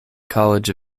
college